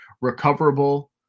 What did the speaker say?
recoverable